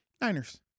Niners